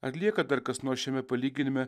ar lieka dar kas nors šiame palyginime